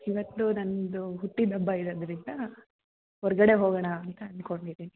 ಇವತ್ತು ನನ್ನದು ಹುಟ್ಟಿದಹಬ್ಬ ಇರೋದ್ರಿಂದ ಹೊರಗಡೆ ಹೋಗೋಣ ಅಂತ ಅಂದ್ಕೊಂಡಿದ್ದೀನಿ